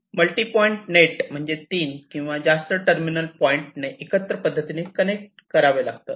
multi point net म्हणजे 3 किंवा जास्त टर्मिनल पॉईंट एकत्र पद्धतीने कनेक्ट करावे लागतात